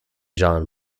john